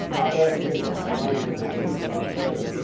i love to hear the the rain hitting that rooftop too.